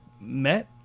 met